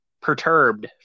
perturbed